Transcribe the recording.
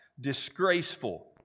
disgraceful